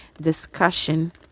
discussion